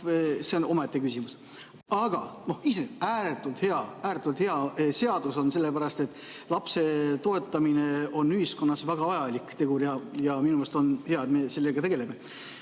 see on omaette küsimus. Aga ääretult hea seadus on see, sellepärast et lapse toetamine on ühiskonnas väga vajalik tegur, ja minu meelest on hea, et me sellega tegeleme.